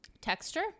texture